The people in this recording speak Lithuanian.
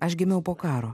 aš gimiau po karo